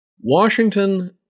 Washington